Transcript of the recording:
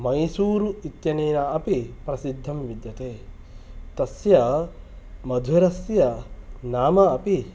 मैसूरु इत्यनेन अपि प्रसिद्धं विद्यते तस्य मधुरस्य नाम अपि